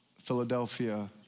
Philadelphia